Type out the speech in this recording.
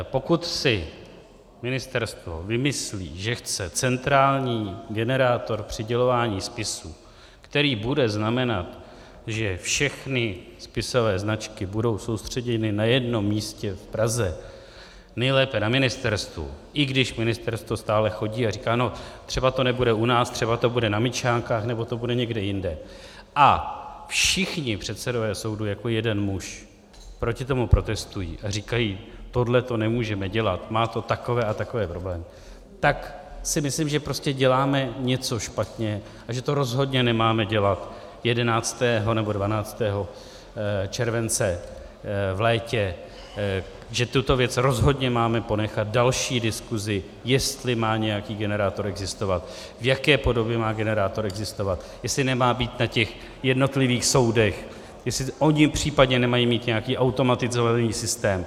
Pokud si ministerstvo vymyslí, že chce centrální generátor přidělování spisů, který bude znamenat, že všechny spisové značky budou soustředěny na jednom místě v Praze, nejlépe na ministerstvu, i když ministerstvo stále chodí a říká no, třeba to nebude u nás, třeba to bude na Míčánkách nebo to bude někde jinde, a všichni předsedové soudu jako jeden muž proti tomu protestují a říkají: tohle nemůžeme dělat, to má takové a takové problémy, tak si myslím, že děláme něco špatně a že to rozhodně nemáme dělat 11. nebo 12. července v létě, že tuto věci rozhodně máme ponechat další diskuzi, jestli má nějaký generátor existovat, v jaké podobě má generátor existovat, jestli nemá být na těch jednotlivých soudech, jestli případně ony nemají mít nějaký automatizovaný systém.